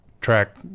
track